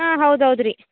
ಹಾಂ ಹೌದು ಹೌದ್ರಿ